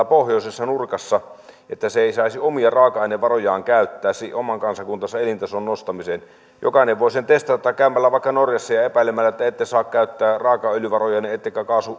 pohjoisessa nurkassa että se ei saisi omia raaka ainevarojaan käyttää oman kansakuntansa elintason nostamiseen jokainen voi sen testata käymällä vaikka norjassa ja ja epäilemällä että ette saa käyttää raakaöljyvarojanne ettekä